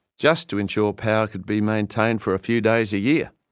just to ensure power could be maintained for a few days a year.